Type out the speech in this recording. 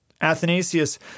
Athanasius